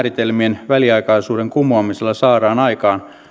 määritelmien väliaikaisuuden kumoamisella saadaan aikaan